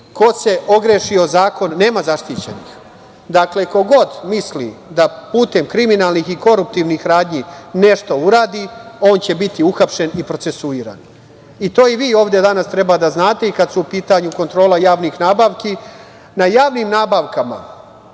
ko se ogreši o zakon nema zaštićenih. Dakle, ko god misli da putem kriminalnih i koruptivnih radnji nešto uradi, on će biti uhapšen i procesuiran i to i vi ovde danas treba da znate i kada je u pitanju kontrola javnih nabavki. Na javnim nabavkama,